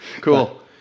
Cool